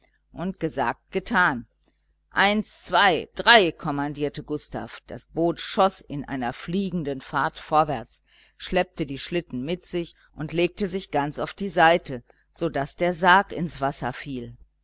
und gesagt getan eins zwei drei kommandierte gustav das boot schoß in einer fliegenden fahrt vorwärts schleppte die schlitten mit sich und legte sich ganz auf die seite so daß der sarg ins wasser fiel